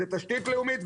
זאת תשתית לאומית,